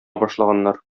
башлаганнар